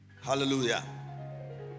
Hallelujah